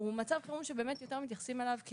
הוא מצב חירום שיותר מתייחסים אליו,